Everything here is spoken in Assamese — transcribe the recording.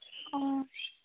অ